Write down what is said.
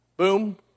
Boom